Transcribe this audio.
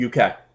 UK